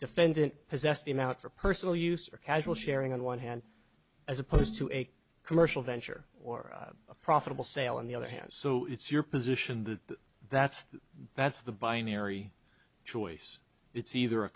defendant possessed the amount for personal use or casual sharing on one hand as opposed to a commercial venture or a profitable sale on the other hand so it's your position that that's that's the binary choice it's either a